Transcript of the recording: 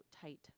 tight